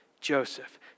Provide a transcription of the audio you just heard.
Joseph